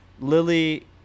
lily